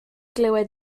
glywed